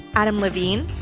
adam levine,